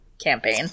campaign